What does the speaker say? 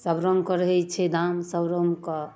सब रङ्गके रहै छै दाम सब रङ्गके